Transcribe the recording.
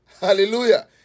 Hallelujah